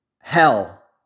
hell